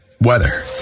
weather